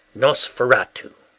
nosferatu,